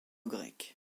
grecque